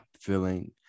feeling